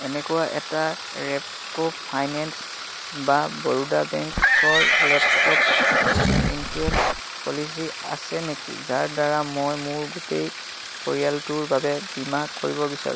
এনেকুৱা এটা ৰেপ্ক' ফাইনেন্স বা বৰোদা বেংকৰ লেপটপ ইঞ্চুৰেঞ্চ পলিচী আছে নেকি যাৰদ্বাৰা মই মোৰ গোটেই পৰিয়ালটোৰ বাবে বীমা কৰিব বিচাৰোঁ